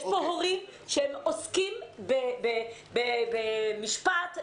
יש פה הורים שעוסקים במשפט כפרנסה.